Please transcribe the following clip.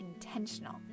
intentional